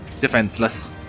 defenseless